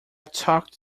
talked